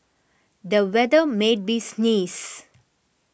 the weather made me sneeze